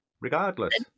regardless